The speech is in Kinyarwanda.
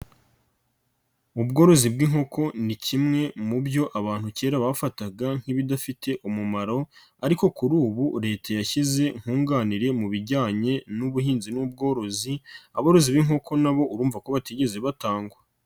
Ubworozi bw'inkoko ni kimwe mu byo abantu kera bafataga nk'ibidafite umumaro ariko kuri ubu Leta yashyize nkunganire mu bijyanye n'ubuhinzi n'ubworozi, aborozi b'inkoko na bo urumva ko batigeze batangwa.